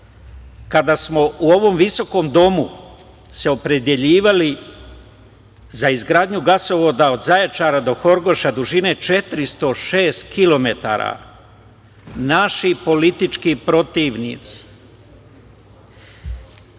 kada smo u ovom visokom domu se opredeljivali za izgradnju gasovoda od Zaječara do Horgoša dužine 406 kilometara, naši politički protivnici,